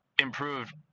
improved